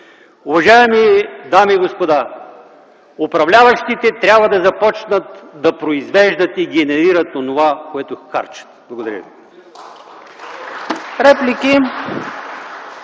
Уважаеми дами и господа, управляващите трябва да започнат да произвеждат и генерират онова, което харчат! Благодаря.